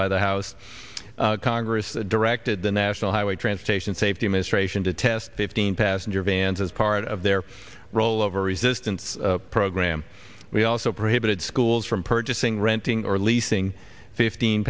by the house congress directed the national highway transportation safety administration to test fifteen passenger vans as part of their rollover resistance program we also prohibited schools from purchasing renting or leasing fifteen